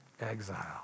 exile